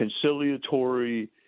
conciliatory